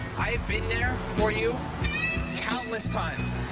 i have been there for you countless times.